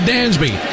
Dansby